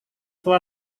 tua